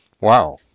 Wow